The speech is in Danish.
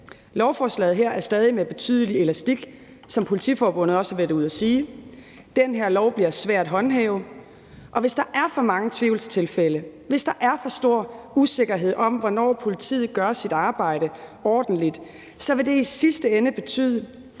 Lovforslaget her er stadig med betydelig elastik, hvilket Politiforbundet også har været ude at sige. Den her lov bliver svær at håndhæve, og hvis der er for mange tvivlstilfælde, hvis der er for stor usikkerhed om, hvornår politiet gør sit arbejde ordentligt, så vil det i sidste ende betyde,